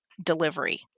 delivery